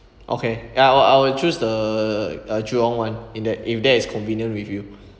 okay I'll I'll choose the uh jurong one in that if that is convenient with you